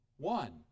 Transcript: One